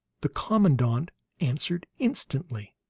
the commandant answered instantly